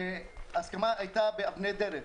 ההסכמה הייתה באבני דרך.